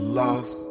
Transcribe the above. lost